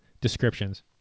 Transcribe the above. descriptions